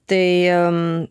tai am